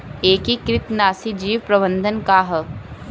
एकीकृत नाशी जीव प्रबंधन का ह?